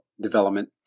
development